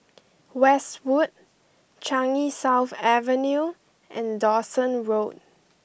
Westwood Changi South Avenue and Dawson Road